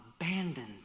abandoned